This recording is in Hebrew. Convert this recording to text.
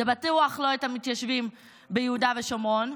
בטוח לא את המתיישבים ביהודה ושומרון.